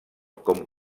com